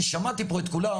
אני שמעתי פה את כולם.